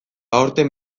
aurten